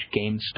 GameStop